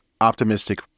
optimistic